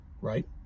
right